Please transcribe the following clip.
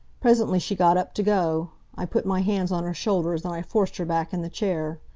presently she got up to go. i put my hands on her shoulders and i forced her back in the chair.